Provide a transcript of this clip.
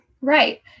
Right